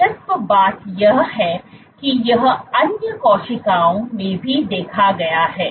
दिलचस्प बात यह है कि यह अन्य कोशिकाओं में भी देखा गया है